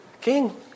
King